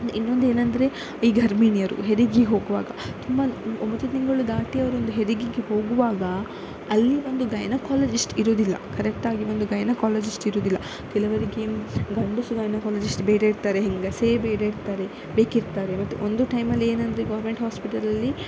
ಇನ್ನೊಂದು ಏನಂದರೆ ಈ ಗರ್ಭಿಣಿಯರು ಹೆರಿಗೆಗೆ ಹೋಗುವಾಗ ತುಂಬ ಒಂಬತ್ತು ತಿಂಗಳು ದಾಟಿ ಅವರೊಂದು ಹೆರಿಗೆಗೆ ಹೋಗುವಾಗ ಅಲ್ಲಿ ಒಂದು ಗೈನಕಾಲಜಿಸ್ಟ್ ಇರುವುದಿಲ್ಲ ಕರೆಕ್ಟಾಗಿ ಒಂದು ಗೈನಕಾಲಜಿಸ್ಟ್ ಇರುವುದಿಲ್ಲ ಕೆಲವರಿಗೆ ಗಂಡಸು ಗೈನಕಾಲಜಿಸ್ಟ್ ಬೇರೆ ಇರ್ತಾರೆ ಹೆಂಗಸೇ ಬೇರೆ ಇರ್ತಾರೆ ಬೇಕಿರ್ತಾರೆ ಮತ್ತು ಒಂದು ಟೈಮಲ್ಲಿ ಏನಂದರೆ ಗೋರ್ಮೆಂಟ್ ಹಾಸ್ಪಿಟಲಲ್ಲಿ